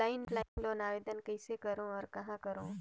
Offline loan आवेदन कइसे करो और कहाँ करो?